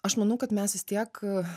aš manau kad mes vis tiek